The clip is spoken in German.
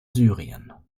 syrien